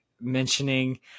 mentioning